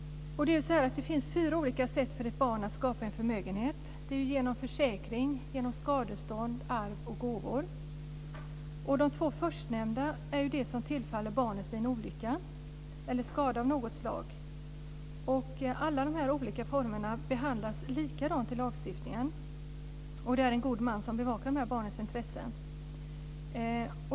Det finns fyra olika sätt för ett barn att skapa en förmögenhet på, genom försäkringar, skadestånd, arv och gåvor. De två förstnämnda är de som tillfaller barnet vid en olycka eller vid en skada av något slag. Alla dessa fyra olika former behandlas likadant i lagstiftningen, och det är en god man som bevakar barnets intressen.